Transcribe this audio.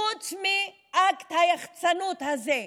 חוץ מאקט היחצנות הזה,